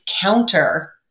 counter